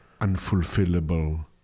unfulfillable